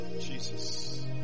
Jesus